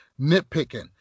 nitpicking